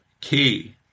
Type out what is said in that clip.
key